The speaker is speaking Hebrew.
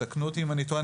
תקנו אותי אם אני טועה,